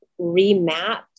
remap